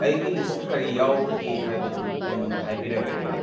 ꯑꯩꯒꯤ ꯂꯤꯁꯇ ꯀꯔꯤ ꯌꯥꯎꯕꯒꯦ ꯍꯥꯏꯕꯗꯨ ꯑꯩꯉꯣꯟꯗ ꯍꯥꯏꯕꯤꯔꯛꯀꯦꯔꯥ